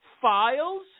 files